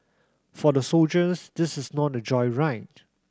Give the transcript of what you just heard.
for the soldiers this is not a joyride